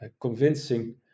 convincing